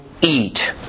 eat